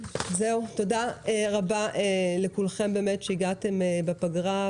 תודה רבה לכולכם שהגעתם בפגרה,